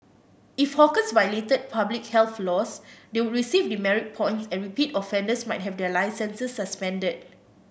if hawkers violated public health laws they would receive demerit points and repeat offenders might have their licences suspended